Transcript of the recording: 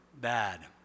bad